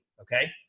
Okay